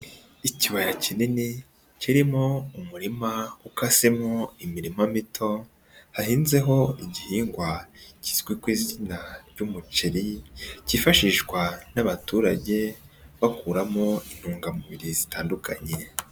Ikibaya kinini, kirimo umurima ukasemo imirima mito, hahinzeho igihingwa kizwi ku izina ry'umuceri, cyifashishwa n'abaturage, bakuramo intungamubiri zitandukanye.